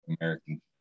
american